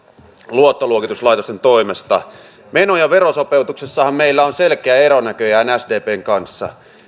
luottoluokituslaitosten toimesta meno ja verosopeutuksessahan meillä on selkeä ero näköjään sdpn kanssa